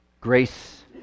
grace